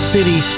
City